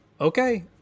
okay